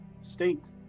state